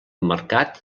mercat